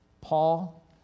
Paul